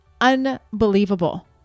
unbelievable